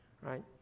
right